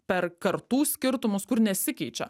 per kartų skirtumus kur nesikeičia